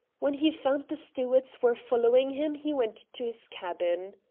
when he found the stewards were following him he went to his cabin.